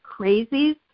crazies